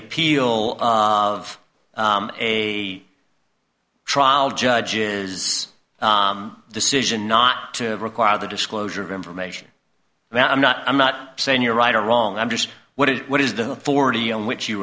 appeal of a trial judge is decision not to require the disclosure of information that i'm not i'm not saying you're right or wrong i'm just what do you what is the forty on which you